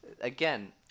Again